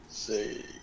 see